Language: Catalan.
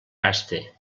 gaste